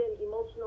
emotional